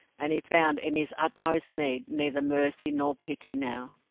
and he found in his utmost need neither mercy nor pity now.